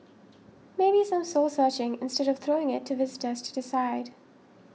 maybe some soul searching instead of throwing it to visitors to decide